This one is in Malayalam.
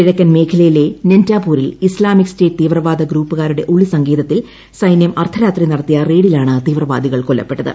കിഴക്കൻ മേഖലയിലെ നിന്റാപൂരിൽ ഇസ്ലാമിക് സ്റ്റേറ്റ് തീവ്രവാദ ഗ്രൂപ്പുകാരുടെ ഒളിസങ്കേതത്തിൽ സൈന്യം അർദ്ധരാത്രി നടത്തിയ റെയിഡിലാണ് തീവ്രവാദികൾ കൊല്ലപ്പെട്ടത്